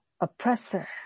oppressor